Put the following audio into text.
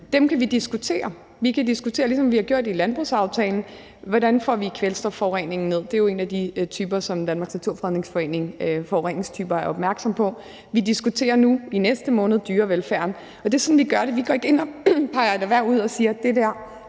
Dem kan vi diskutere. Vi kan diskutere, ligesom vi har gjort det i landbrugsaftalen, hvordan vi får kvælstofforureningen ned. Det er jo en af de forureningstyper, som Danmarks Naturfredningsforening er opmærksom på. Vi diskuterer nu i næste måned dyrevelfærden, og det er sådan, vi gør det. Vi går ikke ind og peger et erhverv ud og siger, at det der